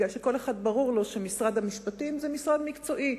כי לכל אחד ברור שמשרד המשפטים הוא משרד מקצועי,